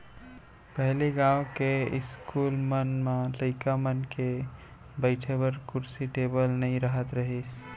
पहिली गॉंव के इस्कूल मन म लइका मन के बइठे बर कुरसी टेबिल नइ रहत रहिस